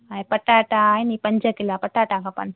ऐं पटाटा आहिनि इहे पटाटा पंज किला पटाटा खपनि